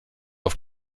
auf